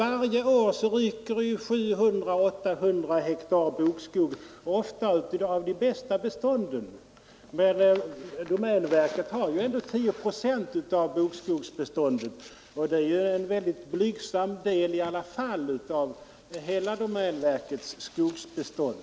Varje år ryker 700 å 800 hektar bokskog — ofta av de bästa bestånden. Domänverket innehar ändå 10 procent av bokskogsbeståndet, och detta är ju en blygsam del av domänverkets hela skogsbestånd.